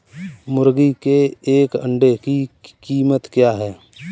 मुर्गी के एक अंडे की कीमत क्या है?